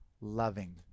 loving